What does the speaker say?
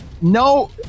no